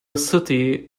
city